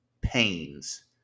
pains